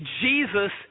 Jesus